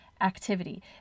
activity